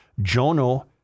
Jono